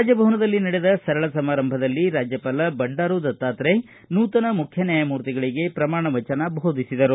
ರಾಜಭವನದಲ್ಲಿ ನಡೆದ ಸರಳ ಸಮಾರಂಭದಲ್ಲಿ ರಾಜ್ಙಪಾಲ ಬಂಡಾರು ದತ್ತಾತ್ರೇಯ ನೂತನ ಮುಖ್ಯ ನ್ವಾಯಮೂರ್ತಿಗಳಿಗೆ ಪ್ರಮಾಣ ವಚನ ದೋಧಿಸಿದರು